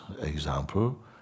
example